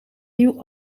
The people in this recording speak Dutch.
nieuw